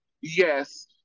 Yes